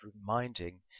reminding